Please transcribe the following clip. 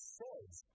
says